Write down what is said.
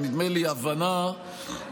ונדמה לי שיש בה הבנה שלצערי,